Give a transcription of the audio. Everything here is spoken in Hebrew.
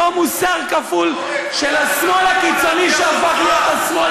אותו מוסר כפול של השמאל הקיצוני שהפך להיות השמאל,